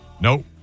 Nope